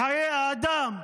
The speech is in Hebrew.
לחיי האדם,